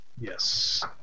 Yes